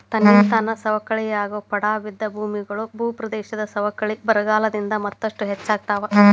ತನ್ನಿಂತಾನ ಸವಕಳಿಯಾಗೋ ಪಡಾ ಬಿದ್ದ ಭೂಮಿಗಳು, ಭೂಪ್ರದೇಶದ ಸವಕಳಿ ಬರಗಾಲದಿಂದ ಮತ್ತಷ್ಟು ಹೆಚ್ಚಾಗ್ತಾವ